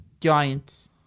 Giants